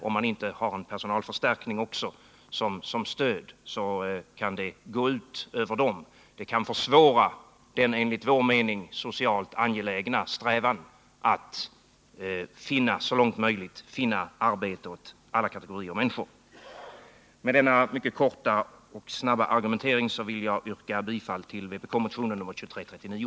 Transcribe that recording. Om man inte har en personalförstärkning som stöd kan det försvåra den enligt vår mening socialt angelägna strävan att så långt som möjligt finna arbete åt alla kategorier människor. Med denna mycket korta argumentering vill jag yrka bifall till vpkmotionen 2339.